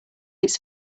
its